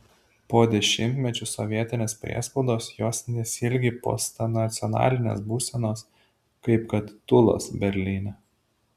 po dešimtmečių sovietinės priespaudos jos nesiilgi postnacionalinės būsenos kaip kad tūlas berlyne